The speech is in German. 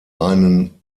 einen